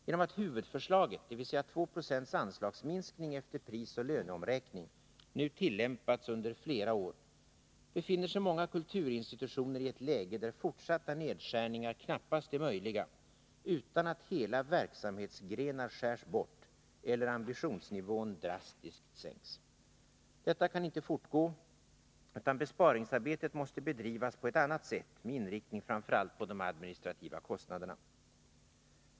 Genom att huvudförslaget, dvs. 2 26 anslagsminskning efter prisoch löneomräkning, nu tillämpats under flera år befinner sig många kulturinstitutioner i ett läge där fortsatta nedskärningar knappast är möjliga utan att hela verksamhetsgrenar skärs bort eller ambitionsnivån drastiskt sänks. Detta kan inte fortgå, utan besparingsarbetet måste bedrivas på ett annat sätt med inriktning framför allt på de administrativa kostnaderna.